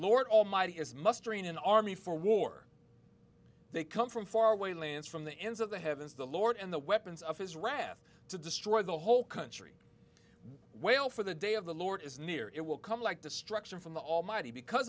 lord almighty is mustering an army for war they come from far away lands from the ends of the heavens the lord and the weapons of his wrath to destroy the whole country wail for the day of the lord is near it will come like destruction from the almighty because